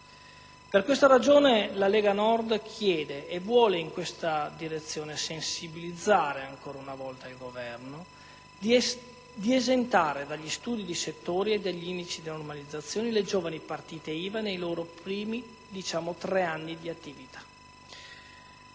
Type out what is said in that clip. Per questa ragione la Lega Nord chiede (e vuole sensibilizzare in questa direzione ancora una volta il Governo) di esentare dagli studi di settore e dagli indici di normalizzazione le giovani partite IVA nei loro primi tre anni di attività.